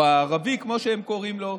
או הערבי, כמו שהם קוראים לו,